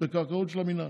בקרקעות של המינהל,